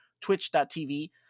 twitch.tv